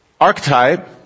archetype